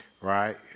right